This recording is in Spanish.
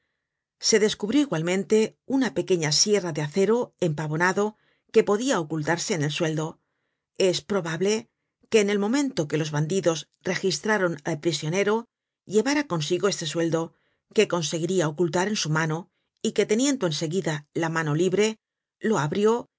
se descubrió igualmente una pequeña sierra de acero empavonado que podia ocultarse en el sueldo es probable que en el momento que los bandidos registraron al prisionero llevara consigo este sueldo que conseguiria ocultar en su mano y que teniendo en seguida la mano libre lo abrió